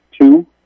two